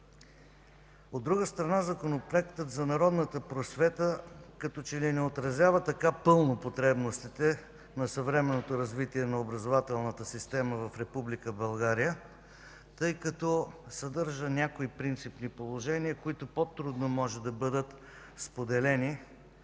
От друга страна, Законопроектът за народната просвета като че ли не отразява така пълно потребностите на съвременното развитие на образователната система в Република България, тъй като съдържа някои принципни положения, които по-трудно може да бъдат споделени.